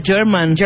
German